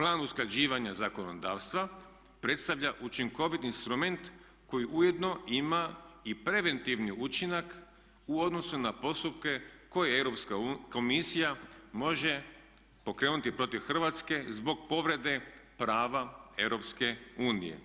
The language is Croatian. Plan usklađivanja zakonodavstva predstavlja učinkovit instrument koji ujedno ima i preventivni učinak u odnosu na postupke koje Europska komisija može pokrenuti protiv Hrvatske zbog povrede prava Europske unije.